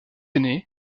ainé